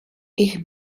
ich